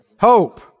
hope